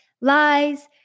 Lies